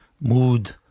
mood